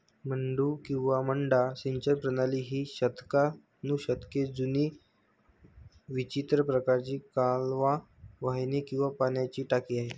मड्डू किंवा मड्डा सिंचन प्रणाली ही शतकानुशतके जुनी विचित्र प्रकारची कालवा वाहिनी किंवा पाण्याची टाकी आहे